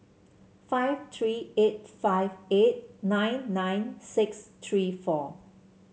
five three eight five eight nine nine six three four